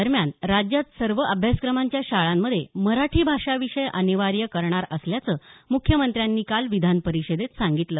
दरम्यान राज्यात सर्व अभ्यासक्रमांच्या शाळांमध्ये मराठी भाषा विषय अनिवार्य करणार असल्याचं मुख्यमंत्र्यांनी काल विधान परिषदेत सांगितलं